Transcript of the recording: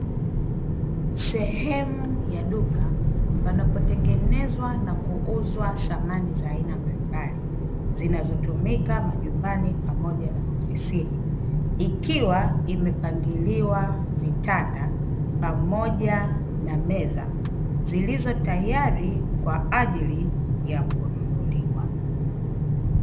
Sehemu ya duka panapotengenezwa na kuuzwa samani za aina mbalimbali zinazotumika majumbani pamoja na maofisini ikiwa imepangiliwa vitanda pamoja na meza zilizo tayari kwa ajili ya kununuliwa.